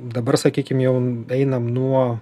dabar sakykim jau einam nuo